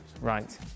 Right